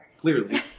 clearly